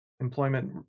employment